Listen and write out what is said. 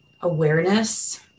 awareness